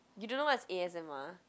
you don't know what is a_s_m_r